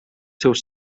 seus